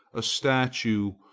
a statue,